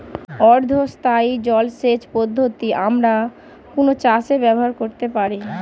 অর্ধ স্থায়ী জলসেচ পদ্ধতি আমরা কোন চাষে ব্যবহার করতে পারি?